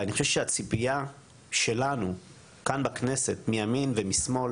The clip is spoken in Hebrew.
אני חושב שהציפייה שלנו כאן בכנסת מימין ומשמאל